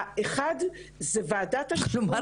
האחד זה ועדת השמות